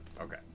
Okay